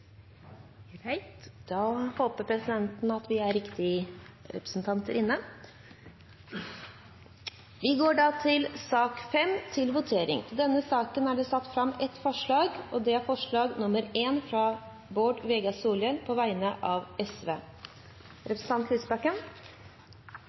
Greit. Da håper presidenten at vi har riktig antall representanter i salen. I denne saken er det satt fram ett forslag, fra Bård Vegar Solhjell på vegne av